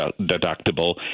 deductible